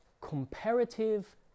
comparative